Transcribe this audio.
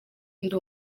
ndi